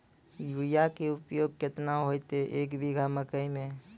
Urea के उपयोग केतना होइतै, एक बीघा मकई मे?